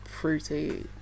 fruity